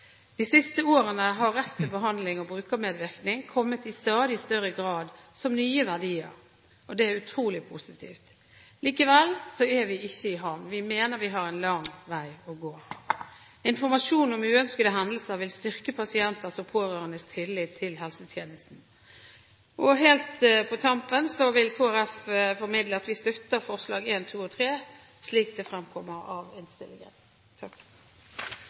De siste årene har rett til behandling og brukermedvirkning kommet i stadig større grad som nye verdier. Det er utrolig positivt. Likevel er vi ikke i havn. Vi mener vi har en lang vei å gå. Informasjon om uønskede hendelser vil styrke pasienters og pårørendes tillit til helsetjenesten. Helt på tampen: Kristelig Folkeparti vil formidle at vi støtter forslagene nr. 1, 2 og 3, slik det fremkommer av innstillingen.